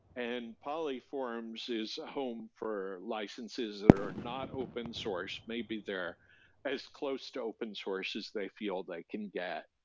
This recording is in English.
and polyforms is a home for licenses that are not open source. maybe they're as close to open source as they feel they can get.